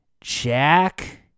Jack